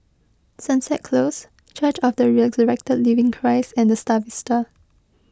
Sunset Close Church of the Resurrected Living Christ and the Star Vista